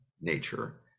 nature